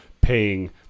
paying